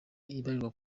ibarirwa